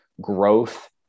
growth